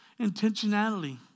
intentionality